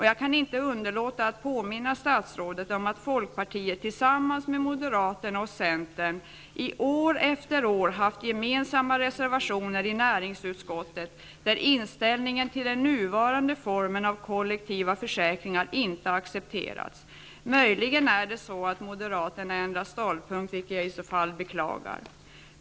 Jag kan inte underlåta att påminna statsrådet om att Folkpartiet tillsammans med Moderaterna och Centern år efter år haft gemensamma reservationer i näringsutskottet, där inställningen till den nuvarande formen av kollektiva försäkringar inte accepterats. Möjligen har Moderaterna ändrat ståndpunkt, vilket jag i så fall beklagar.